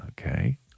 Okay